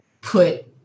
put